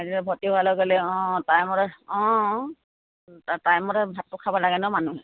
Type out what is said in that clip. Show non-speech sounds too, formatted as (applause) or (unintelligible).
(unintelligible) টাইমমতে ভাতটো খাব লাগে নহয় মানুহে